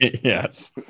Yes